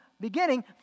Beginning